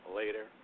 later